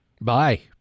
Bye